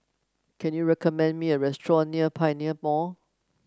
can you recommend me a restaurant near Pioneer Mall